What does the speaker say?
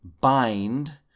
bind